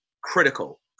Critical